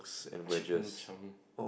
chicken chunk